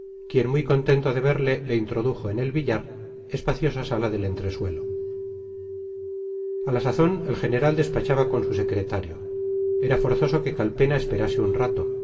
quien muy contento de verle le introdujo en el billar espaciosa sala del entresuelo a la sazón el general despachaba con su secretario era forzoso que calpena esperase un rato